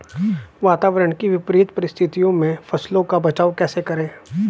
वातावरण की विपरीत परिस्थितियों में फसलों का बचाव कैसे करें?